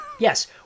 Yes